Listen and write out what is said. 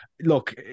look